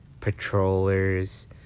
patrollers